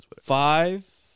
Five